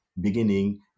beginning